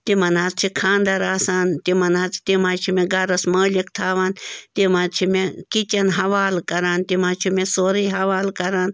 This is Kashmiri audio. تِمَن حظ چھِ خانٛدَر آسان تِمَن حظ تِم حظ چھِ مےٚ گَرَس مٲلِک تھاوان تِم حظ چھِ مےٚ کِچَن حوالہٕ کَران تِم حظ چھِ مےٚ سورُے حوالہٕ کَران